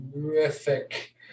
horrific